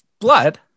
blood